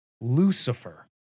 Lucifer